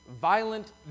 violent